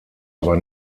aber